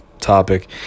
topic